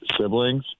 siblings